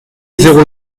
zéro